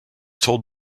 told